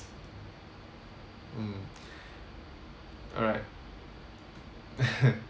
mm alright